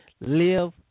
live